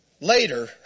later